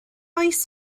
oes